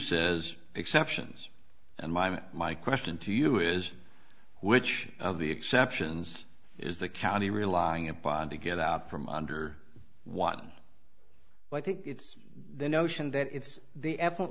says exceptions and my question to you is which of the exceptions is the county relying upon to get out from under one but i think it's the notion that it's the